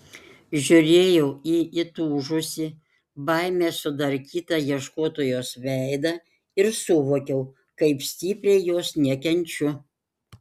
žiūrėjau į įtūžusį baimės sudarkytą ieškotojos veidą ir suvokiau kaip stipriai jos nekenčiu